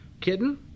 Kitten